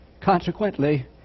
Consequently